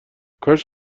کاش